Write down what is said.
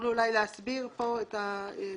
תוכלו אולי להסביר את התיקון?